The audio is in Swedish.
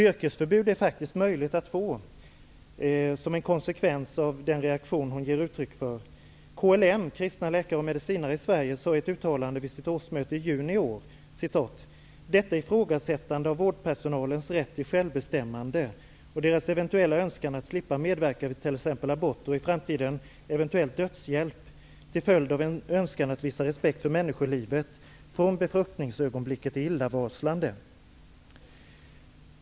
Yrkesförbud är faktiskt möjligt att få som en konsekvens av den reaktion hon ger uttryck för. KLM, Kristna läkare och medicinare i Sverige sade i ett uttalande vid sitt årsmöte i juni i år: Detta ifrågasättande av vårdpersonalens rätt till självbestämmande och deras eventuella önskan att slippa medverka vid t.ex. aborter, och i framtiden eventuell dödshjälp, till följd av en önskan att visa respekt för människolivet från befruktningsögonblicket är illavarslande.